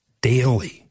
daily